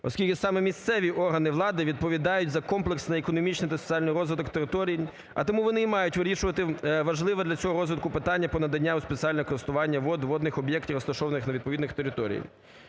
оскільки саме місцеві органи влади відповідають за комплексний економічний та соціальний розвиток територій, а тому вони і мають вирішувати важливе для цього розвитку питання про надання у спеціальне користування вод і водних об'єктів, розташованих на відповідних територіях.